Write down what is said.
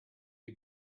you